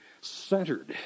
centered